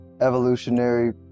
evolutionary